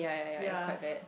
ya